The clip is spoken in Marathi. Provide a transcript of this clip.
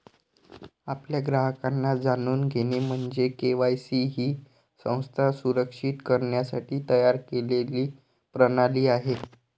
आपल्या ग्राहकांना जाणून घेणे म्हणजे के.वाय.सी ही संस्था सुरक्षित करण्यासाठी तयार केलेली प्रणाली आहे